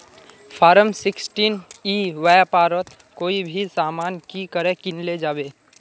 Form sixteen ई व्यापारोत कोई भी सामान की करे किनले जाबे?